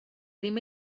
ddim